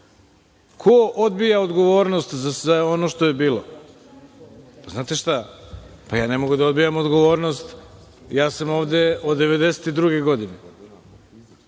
odbija odgovornost za sve ono što je bilo? Znate šta, ja ne mogu da odbijam odgovornost, jer sam ja ovde od 1992. godine.